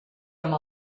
amb